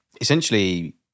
essentially